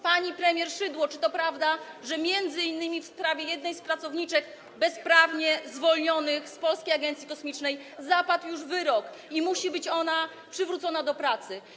Pani premier Szydło, czy to prawda, że m.in. w sprawie jednej z pracowniczek bezprawnie zwolnionych z Polskiej Agencji Kosmicznej zapadł już wyrok i że musi być ona przywrócona do pracy?